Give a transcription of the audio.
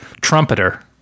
Trumpeter